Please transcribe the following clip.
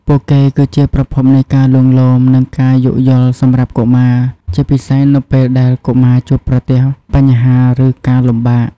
ពួកគេគឺជាប្រភពនៃការលួងលោម និងការយោគយល់សម្រាប់កុមារ ជាពិសេសនៅពេលដែលកុមារជួបប្រទះបញ្ហា ឬការលំបាក។